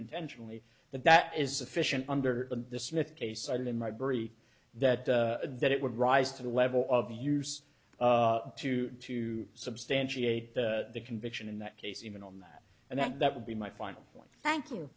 intentionally but that is sufficient under the smith case and in my brief that that it would rise to the level of use to to substantiate the conviction in that case even on that and that that would be my final point thank you